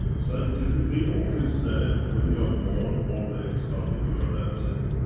scientifically, always said when you are born all the eggs are with you and that's it.